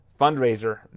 fundraiser